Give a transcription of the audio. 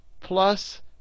Plus